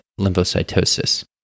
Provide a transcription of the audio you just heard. lymphocytosis